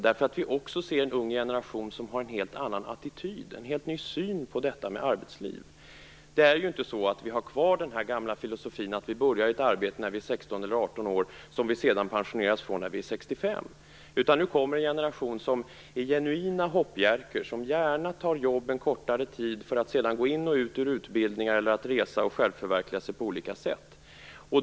Vi ser nämligen en ung generation med en helt annan attityd, en helt ny syn på arbetslivet. Vi har ju inte kvar den gamla filosofin att man vid 16 eller 18 års ålder skall börja i ett arbete som man sedan pensioneras ifrån vid 65. Nu kommer i stället en generation av genuina hoppjerkor, som gärna tar jobb en kortare tid för att sedan gå in i och ut ur utbildningar eller för att resa och självförverkliga sig på olika sätt.